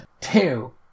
Two